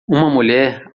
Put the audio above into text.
mulher